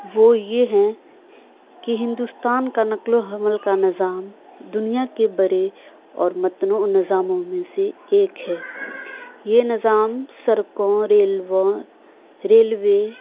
وہ یہ ہیں کہ ہندوستان کا نقل و حمل کا نظام دنیا کے برے اور متنوع نظاموں میں سے ایک ہے یہ نظام سڑکوں ریلوں ریلوے